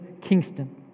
Kingston